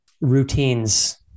routines